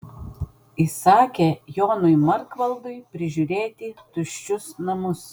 įsakė jonui markvaldui prižiūrėti tuščius namus